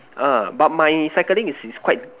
uh but my cycling is is quite